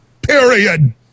Period